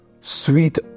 Sweet